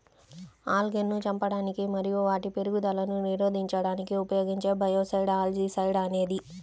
ఆల్గేను చంపడానికి మరియు వాటి పెరుగుదలను నిరోధించడానికి ఉపయోగించే బయోసైడ్ ఆల్జీసైడ్ అనేది